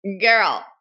Girl